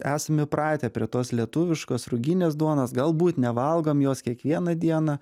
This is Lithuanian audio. esam įpratę prie tos lietuviškos ruginės duonos galbūt nevalgom jos kiekvieną dieną